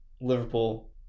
Liverpool